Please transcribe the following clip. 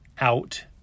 out